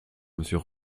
monsieur